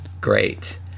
great